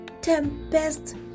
tempest